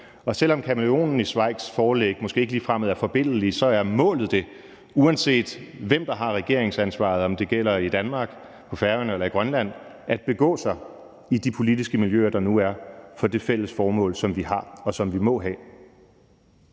Selv om kamæleonen i Zweigs forlæg måske ikke ligefrem er forbilledlig, er målet, uanset hvem der har regeringsansvaret – om det gælder i Danmark, på Færøerne eller i Grønland – at begå sig i de politiske miljøer, der nu er for det fælles formål, som vi har, og som vi må have.